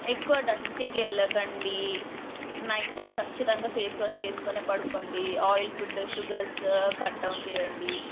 ఎక్కువ డస్ట్కి వెళ్ళకండి నైట్ టైం ఖచ్చితంగా పేస్ వాష్ చేసుకునే పడుకోండి oil food sugars cut down చెయ్యండి